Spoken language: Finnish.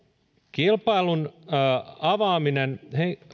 kilpailun avaaminen